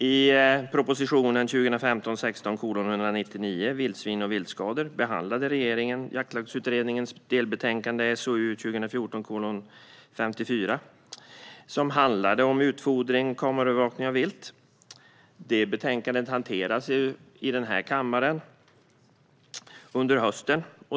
I proposition 2015/16:199 Vildsvin och viltskador behandlade regeringen Jaktlagsutredningens delbetänkande, SOU 2014:54 Vildsvin och viltskador - om utfodring, kameraövervakning och arrendatorers jakträtt . Propositionen hanterades i ett betänkande här i kammaren under hösten.